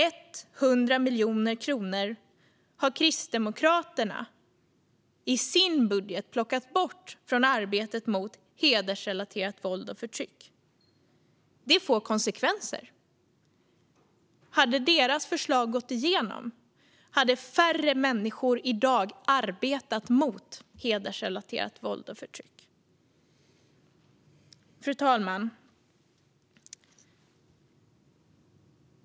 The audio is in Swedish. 100 miljoner kronor har Kristdemokraterna i sin budget plockat bort från arbetet mot hedersrelaterat våld och förtryck. Detta får konsekvenser. Om deras förslag hade gått igenom skulle färre människor i dag ha arbetat emot hedersrelaterat våld och förtryck. Fru talman!